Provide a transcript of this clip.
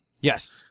Yes